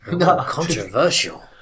Controversial